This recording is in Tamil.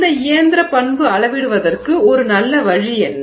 இந்த இயந்திர பண்பு அளவிடுவதற்கு ஒரு நல்ல வழி என்ன